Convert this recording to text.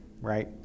right